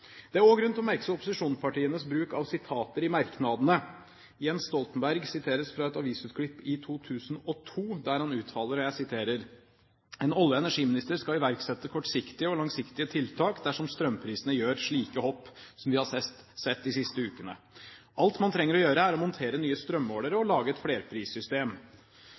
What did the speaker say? Det er også grunn til å merke seg opposisjonspartienes bruk av sitater i merknadene. Jens Stoltenberg siteres fra et avisutklipp i 2002, der han uttaler: «En olje- og energiminister skal iverksette kortsiktige og langsiktige tiltak dersom strømprisene gjør slike hopp som vi har sett de siste ukene . Alt man trenger å gjøre, er å montere nye strømmålere og å lage et flerprissystem.»